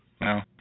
No